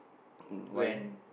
um why